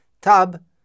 tab